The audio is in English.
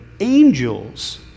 angels